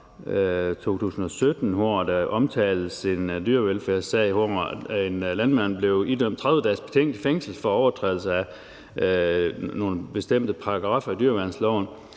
2017, at der omtales en dyrevelfærdssag, hvor en landmand blev idømt 30 dages betinget fængsel for overtrædelse af nogle bestemte paragraffer i dyreværnsloven